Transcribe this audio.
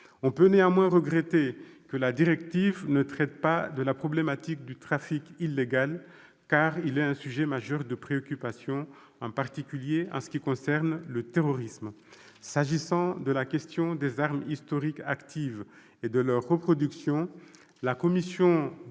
On peut néanmoins regretter que la directive ne traite pas de la problématique du trafic illégal, car il est un sujet majeur de préoccupation, en particulier en ce qui concerne le terrorisme. S'agissant de la question des armes historiques actives et de leurs reproductions, la commission des lois